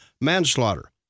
manslaughter